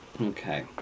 Okay